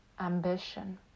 ambition